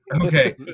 Okay